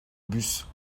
bus